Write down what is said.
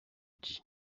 dis